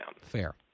Fair